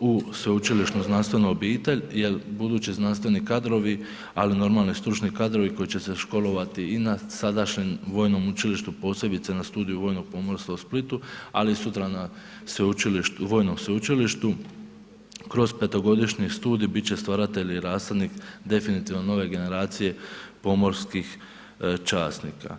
u sveučilišnu znanstvenu obitelj jer budući znanstveni kadrovi, ali i stručni kadrovi koji će se školovati i na sadašnjem vojnom učilištu posebice na Studiju vojnog pomorstva u Splitu, ali sutra na vojnom učilištu kroz petogodišnji studij bit će stvarateljni rasadnik definitivno nove generacije pomorskih časnika.